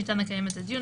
ניתן לקיים את הדיון,